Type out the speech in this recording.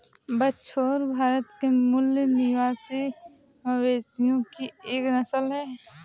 बछौर भारत के मूल निवासी मवेशियों की एक नस्ल है